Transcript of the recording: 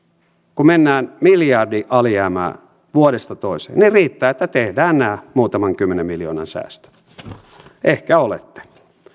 kun mennään miljardin alijäämää vuodesta toiseen riittää että tehdään nämä muutaman kymmenen miljoonan säästöt ehkä olette